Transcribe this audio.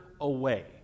away